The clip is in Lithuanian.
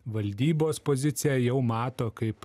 valdybos poziciją jau mato kaip